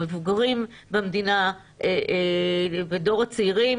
המבוגרים במדינה ודור הצעירים,